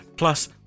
Plus